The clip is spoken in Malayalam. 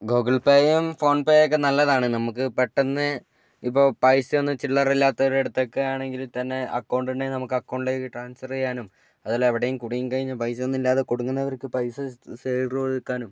ഗൂഗിൾപേയും ഫോൺപേയുമൊക്കെ നല്ലതാണ് നമുക്ക് പെട്ടെന്ന് ഇപ്പൊൾ പൈസയൊന്നും ചില്ലറയില്ലാത്തോരടുത്തൊക്കെയാണെങ്കില് തന്നെ അക്കൗണ്ട് ഉണ്ടേൽ നമുക്ക് അക്കൗണ്ടിലേക്ക് ട്രാൻസ്ഫറ് ചെയ്യാനും അതുപോലെ എവിടെയെങ്കിലും കുടുങ്ങിക്കഴിഞ്ഞാൽ പൈസയൊന്നുമില്ലാതെ കുടുങ്ങുന്നവർക്ക് പൈസ സേ സേവ് റോളിൽ വയ്ക്കാനും